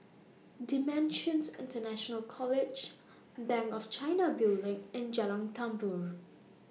DImensions International College Bank of China Building and Jalan Tambur